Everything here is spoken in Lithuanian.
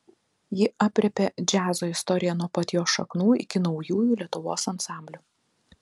ji aprėpia džiazo istoriją nuo pat jo šaknų iki naujųjų lietuvos ansamblių